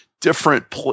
different